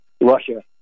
Russia